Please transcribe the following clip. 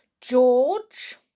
George